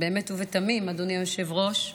באמת ובתמים, אדוני היושב-ראש,